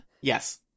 Yes